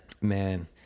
Man